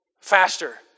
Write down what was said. faster